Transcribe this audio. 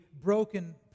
broken